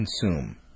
consume